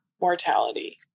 mortality